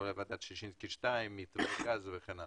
כולל ועדת ששינסקי 2 וכן הלאה.